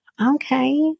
okay